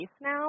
now